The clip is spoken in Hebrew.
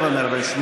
57 בעד, 58